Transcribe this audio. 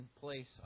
place